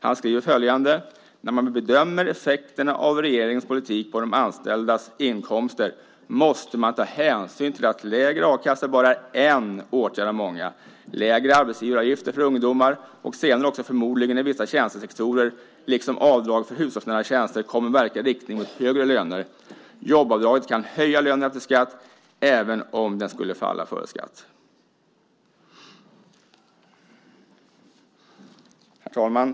Han skriver följande: "När man bedömer effekterna av regeringens politik på de anställdas inkomster, måste man ta hänsyn till att lägre a-kassa bara är en åtgärd av många. Lägre arbetsgivaravgifter för ungdomar och senare förmodligen också i vissa tjänstesektorer, liksom avdrag för hushållsnära tjänster, kommer att verka i riktning mot högre löner. Jobbavdraget kan höja lönen efter skatt även om den skulle falla före skatt."